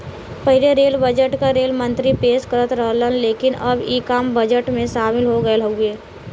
पहिले rail budget क rail मंत्री पेश करत रहन लेकिन अब इ आम बजट में शामिल हो गयल हउवे